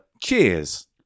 Cheers